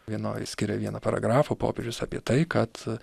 vienoj jis skiria vieną paragrafą popiežius apie tai kad